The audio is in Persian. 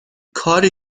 کاری